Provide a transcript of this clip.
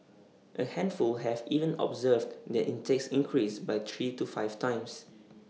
A handful have even observed their intakes increase by three to five times